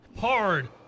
hard